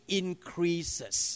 increases